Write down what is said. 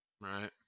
right